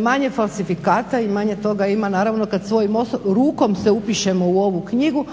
Manje falsifikata i manje toga ima naravno kad svojom rukom se upišemo u ovu knjigu,